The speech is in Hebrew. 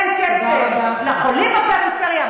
אין כסף לחולים בפריפריה,